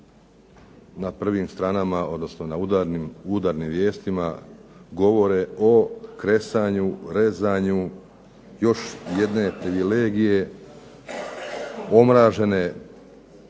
na prvim stranama, odnosno na udarnim, u udarnim vijestima govore o kresanju, rezanju još jedne privilegije omražene,